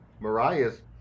Mariah's